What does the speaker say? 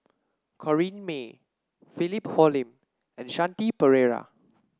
Corrinne May Philip Hoalim and Shanti Pereira